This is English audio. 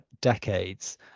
decades